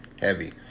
heavy